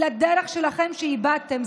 לדרך שלכם שאיבדתם.